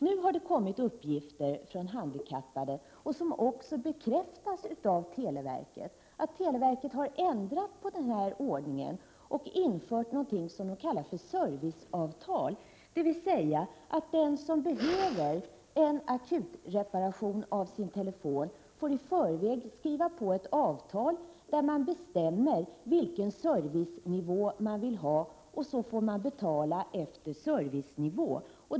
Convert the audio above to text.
Nu har det kommit uppgifter från handikappade, som också bekräftas av televerket, att televerket har ändrat denna ordning och infört någonting som kallas serviceavtal. Det innebär att den som behöver en akutreparation av sin telefon får i förväg skriva på ett avtal där han bestämmer vilken servicenivå han vill ha och får betala därefter.